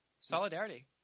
solidarity